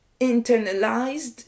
internalized